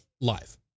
live